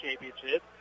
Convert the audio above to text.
championship